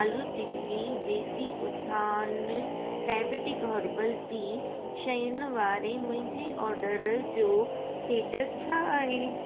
आलू tikki desi Utthan diabetic herbal tea शयुनि वारे मुंहिंजे ऑर्डर जो स्टेटस छा आहे